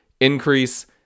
increase